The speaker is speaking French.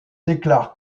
déclare